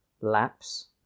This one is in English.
Lapse